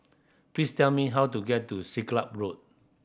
please tell me how to get to Siglap Road